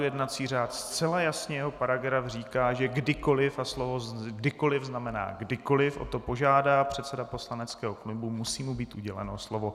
Jednací řád zcela jasně jeho paragraf říká, že kdykoliv a slovo kdykoliv znamená kdykoliv o to požádá předseda poslaneckého klubu, musí mu být uděleno slovo.